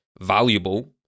valuable